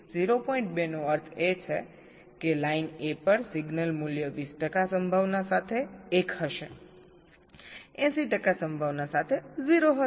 2 નો અર્થ એ છે કે લાઇન A પર સિગ્નલ મૂલ્ય 20 ટકા સંભાવના સાથે 1 હશે 80 ટકા સંભાવના સાથે 0 હશે